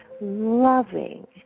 loving